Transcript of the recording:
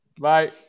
Bye